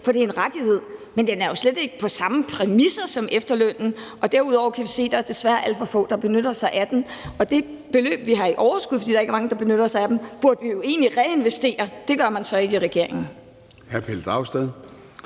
for det er en rettighed, men den er jo slet ikke på samme præmisser som efterlønnen, og derudover kan vi se, at der desværre er alt for få, der benytter sig af den. Og det beløb, vi har i overskud, fordi der ikke er mange, der benytter sig af den, burde vi egentlig reinvestere. Det gør man så ikke i regeringen.